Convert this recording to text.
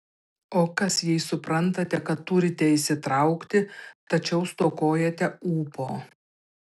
o kas jei suprantate kad turite įsitraukti tačiau stokojate ūpo